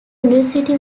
university